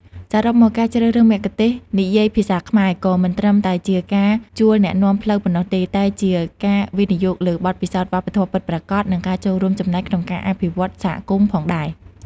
សរុបមក ការជ្រើសរើសមគ្គុទ្ទេសក៍និយាយភាសាខ្មែរ គឺមិនត្រឹមតែជាការជួលអ្នកនាំផ្លូវប៉ុណ្ណោះទេ តែជាការ វិនិយោគលើបទពិសោធន៍វប្បធម៌ពិតប្រាកដ និងការចូលរួមចំណែកក្នុងការអភិវឌ្ឍន៍សហគមន៍ផងដែរ។